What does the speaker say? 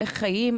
איך חיים?